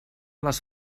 les